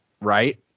right